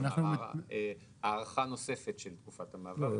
כלומר, הארכה נוספת של תקופת המעבר.